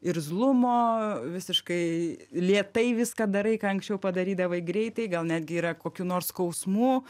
irzlumo visiškai lėtai viską darai ką ankščiau padarydavai greitai gal netgi yra kokių nors skausmų